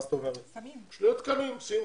שימו שני תקנים.